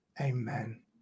Amen